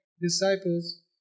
disciples